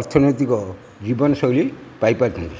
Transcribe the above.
ଅର୍ଥନୈତିକ ଜୀବନଶୈଳୀ ପାଇପାରିଛନ୍ତି